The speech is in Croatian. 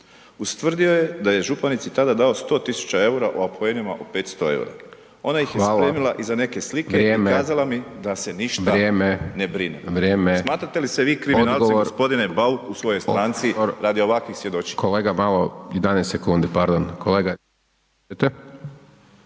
„Ustvrdio je da je županici tada dao 100 tisuća eura u apoenima po 500 eura. Ona ih je spremila iza neke slika i kazala mi da se ništa ne brinem.“. Smatrate li se vi kriminalcem gospodine Bauk u svojoj stranci radi ovakvih svjedočenja?